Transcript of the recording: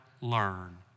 learn